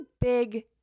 big